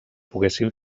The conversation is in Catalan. poguessin